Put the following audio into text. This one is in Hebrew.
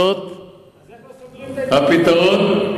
אז איך לא סוגרים את העיתונים האלה?